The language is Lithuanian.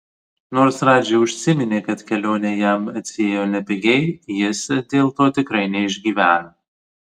nors radži užsiminė kad kelionė jam atsiėjo nepigiai jis dėl to tikrai neišgyvena